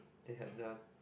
they had the